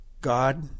God